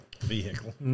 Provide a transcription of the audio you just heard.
Vehicle